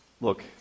Look